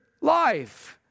life